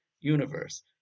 universe